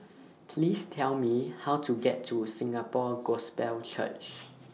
Please Tell Me How to get to Singapore Gospel Church